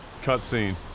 cutscene